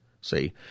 see